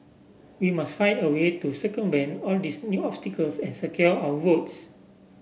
we must find a way to circumvent all these new obstacles and secure our votes